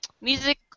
Music